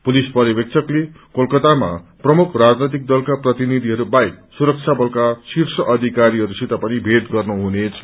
police पर्यवेक्षकले कलकतामा प्रमुख राजनैतिक दलका प्रतिनिधिहरू बाहेक सुरक्षा बलका शीर्ष अधिकारीहरूसित पनि भेट गर्नुहुनेछ